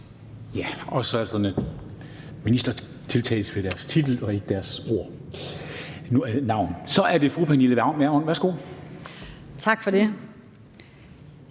er sådan, at ministre tiltales ved deres titel og ikke ved deres navn. Så er det fru Pernille Vermund. Værsgo. Kl.